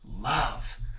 love